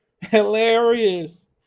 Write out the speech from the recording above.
Hilarious